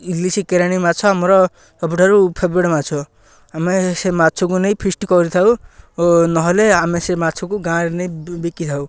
ଇଲିଶି କେରାଣ୍ଡୀ ମାଛ ଆମର ସବୁଠାରୁ ଫେବରେଟ୍ ମାଛ ଆମେ ସେ ମାଛକୁ ନେଇ ଫିଷ୍ଟ କରିଥାଉ ଓ ନହେଲେ ଆମେ ସେ ମାଛକୁ ଗାଁରେ ନେଇ ବିକିଥାଉ